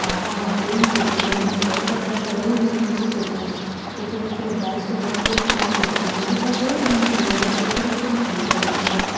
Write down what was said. हांव कोणाकूय हांवें केल्लो खंयचोय पदार्त बरे उमेदीन शिकयता तशें स्टेप बाय स्टेप करून दाकयता म्हणजे सगळे इनग्रेडियंण्स पळय कितें कितें साहित्य लागता